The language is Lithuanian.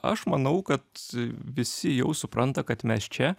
aš manau kad visi jau supranta kad mes čia